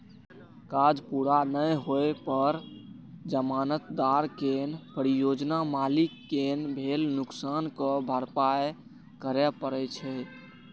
काज पूरा नै होइ पर जमानतदार कें परियोजना मालिक कें भेल नुकसानक भरपाइ करय पड़ै छै